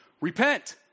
repent